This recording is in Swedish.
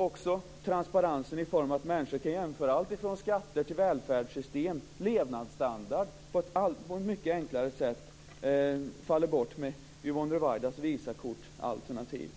Också transparensen i form av att människor kan jämföra alltifrån skatter till välfärdssystem och levnadsstandard på ett mycket enklare sätt faller bort med Yvonne Ruwaidas Visakortalternativ.